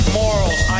morals